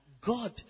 God